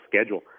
schedule